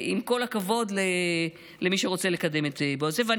עם כל הכבוד למי שרוצה לקדם את בועז יוסף,